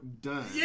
done